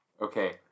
Okay